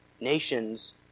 nations